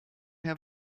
her